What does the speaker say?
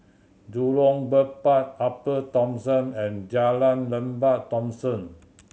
Jurong Bird Park Upper Thomson and Jalan Lembah Thomson